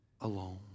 alone